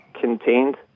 contained